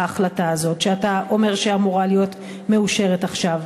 ההחלטה הזאת שאתה אומר שאמורה להיות מאושרת עכשיו.